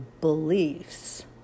beliefs